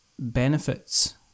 benefits